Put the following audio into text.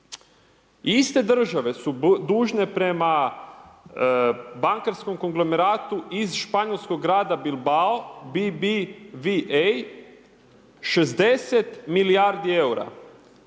Iste države su dužne prema bankarskom konglomeratu iz španjolskog grada Bilbao BBVA, 60 milijardi EUR-a,